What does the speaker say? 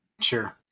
sure